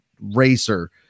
racer